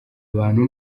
abantu